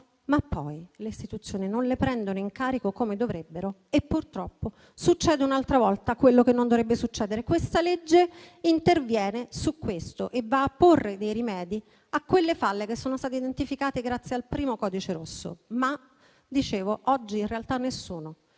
ma poi le istituzioni non le prendono in carico come dovrebbero e purtroppo succede un'altra volta quello che non dovrebbe accadere. Il provvedimento in esame interviene su questo e va a porre rimedi alle falle che sono state identificate grazie al primo "codice rosso". Tuttavia, oggi in realtà nessuno